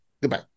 Goodbye